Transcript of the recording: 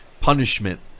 punishment